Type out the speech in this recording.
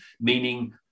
meaning